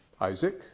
Isaac